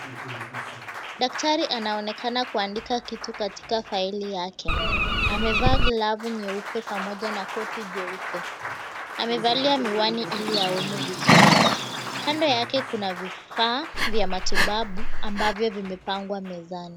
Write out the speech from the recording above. Daktari anaonekana kuandika kitu katika faili yake. Amevaa glavu nyeupe pamoja na koti jeupe. Amevalia miwani ili aone vizuri. Kando yake kuna vifaa vya matibabu, ambavyo vimepangwa mezani.